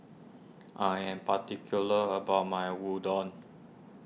I am particular about my Udon